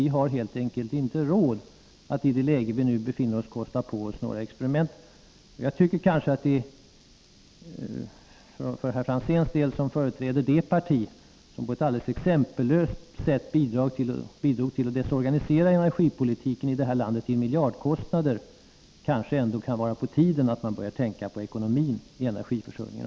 Vi har helt enkelt inte råd att i det läge vi nu befinner oss i kosta på oss några experiment. Jag tycker kanske att det för herr Franzéns del — som företrädare för det parti som på ett exempellöst sätt bidrog till att desorganisera landets energipolitik till miljardkostnader — kunde vara på tiden att även börja tänka på ekonomin i energiförsörjningen.